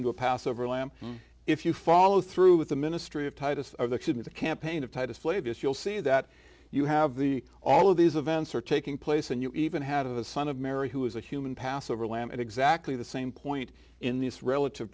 into a passover lamb if you follow through with the ministry of titus or that shouldn't a campaign of titus flavius you'll see that you have the all of these events are taking place and you even have a son of mary who is a human passover lamb at exactly the same point in this relative